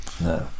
no